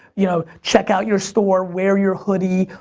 you know check out your store, wear your hoody,